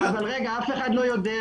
אבל רגע, אף אחד לא יודע.